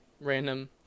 random